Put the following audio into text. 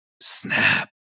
Snap